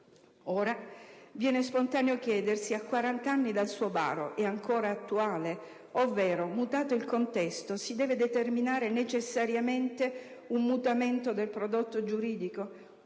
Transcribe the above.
Ora, viene spontaneo chiedersi: a 40 anni dal suo varo, è ancora attuale? Ovvero, mutato il contesto, si deve determinare necessariamente un mutamento del prodotto giuridico?